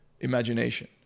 imagination